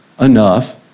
enough